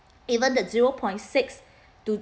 even the zero point six to